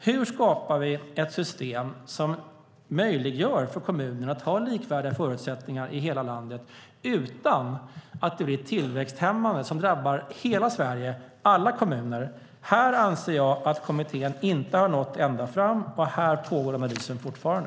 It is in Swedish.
Hur skapar vi ett system som möjliggör för kommuner att ha likvärdiga förutsättningar i hela landet utan att det blir tillväxthämmande, vilket drabbar hela Sverige, alla kommuner? Här anser jag att kommittén inte har nått ända fram, och här pågår analysen fortfarande.